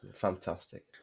Fantastic